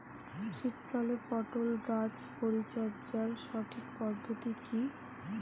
শীতকালে পটল গাছ পরিচর্যার সঠিক পদ্ধতি কী?